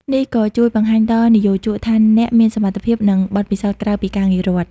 នេះក៏ជួយបង្ហាញដល់និយោជកថាអ្នកមានសមត្ថភាព និងបទពិសោធន៍ក្រៅពីការងាររដ្ឋ។